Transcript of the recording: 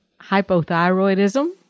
Hypothyroidism